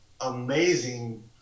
amazing